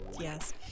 yes